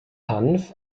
hanf